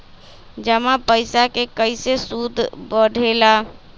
जमा पईसा के कइसे सूद बढे ला?